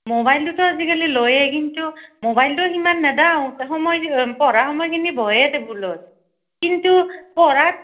ম'বাইলটোতো আজিকালি লয়েই কিন্তু ম'বাইলটো সিমান নিদিওঁ সময় পঢ়া সময়খিনিত বঢ়ে টেবুলত কিন্তু পঢ়াত